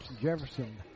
Jefferson